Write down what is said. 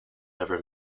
ever